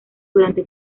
durante